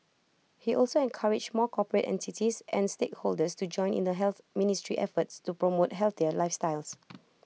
he also encouraged more corporate entities and stakeholders to join in the health ministry's efforts to promote healthier lifestyles